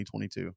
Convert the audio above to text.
2022